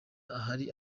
ahari